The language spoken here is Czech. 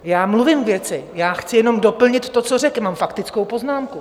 Já mluvím k věci, chci jenom doplnit to, co řekl, mám faktickou poznámku.